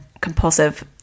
compulsive